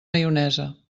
maionesa